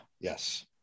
Yes